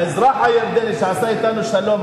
האזרח הירדני שעשה אתנו שלום,